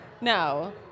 No